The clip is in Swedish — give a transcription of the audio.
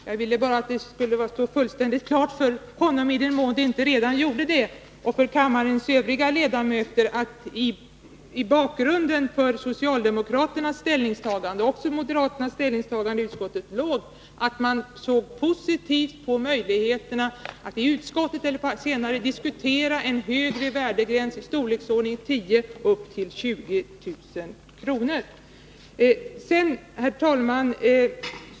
Jag ville bara att det skulle stå fullständigt klart för honom och för kammarens övriga ledamöter, i den mån det inte redan gjorde det, att det i bakgrunden till socialdemokraternas och moderaternas ställningstagande låg att man såg positivt på möjligheterna att i utskottet eller senare diskutera en högre värdegräns, i storleksordningen 10 000 å 20 000 kr. Herr talman!